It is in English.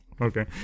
okay